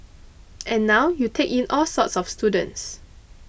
and now you take in all sorts of students